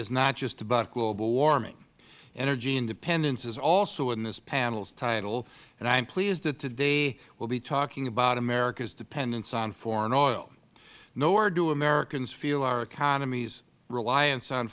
is not just about global warming energy independence is also in this panel's title and i am pleased that today we will be talking about america's dependence on foreign oil nowhere do americans feel our economy's reliance on